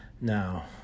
Now